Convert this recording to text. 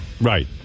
Right